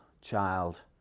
child